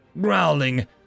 Growling